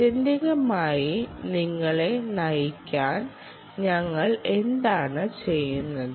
ആത്യന്തികമായി നിങ്ങളെ നയിക്കാൻ ഞങ്ങൾ എന്താണ് ചെയ്യുന്നത്